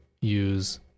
use